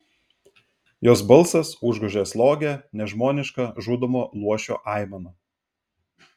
jos balsas užgožė slogią nežmonišką žudomo luošio aimaną